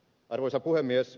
arvoisa puhemies